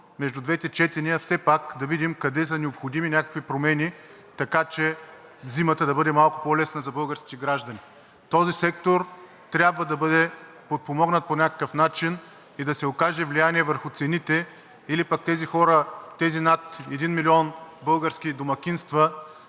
между двете четения все пак да видим къде са необходими някакви промени, така че зимата да бъде малко по-лесна за българските граждани. Този сектор трябва да бъде подпомогнат по някакъв начин и да се окаже влияние върху цените или тези хора и тези над 1 милион български домакинства,